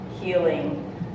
healing